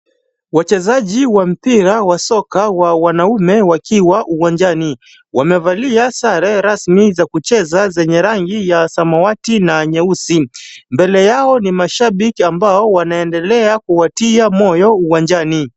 Wachezaji wa mpira wa soka wa wanaume wakiwa uwanjani. Wamevalia sare rasmi za kucheza zenye rangi ya samawati na nyeusi. Mbele yao ni mashabiki ambao wanaendelea kuwatia moyo uwanjani.